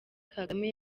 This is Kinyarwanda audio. kagame